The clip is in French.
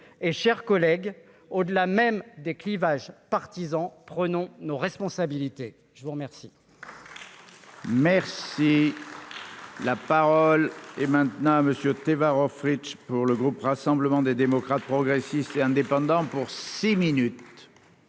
et chers collègues, au-delà même des clivages partisans, prenons nos responsabilités, je vous remercie.